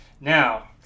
now